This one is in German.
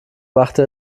machte